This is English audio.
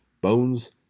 bones